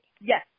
Yes